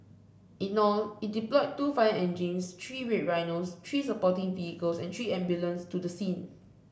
in all it deployed two fire engines three Red Rhinos three supporting vehicles and three ambulances to the scene